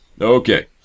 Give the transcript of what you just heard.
Okay